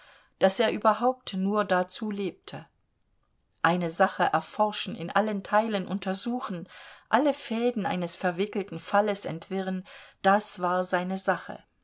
daß er überhaupt nur dazu lebte eine sache erforschen in allen teilen untersuchen alle fäden eines verwickelten falles entwirren das war seine sache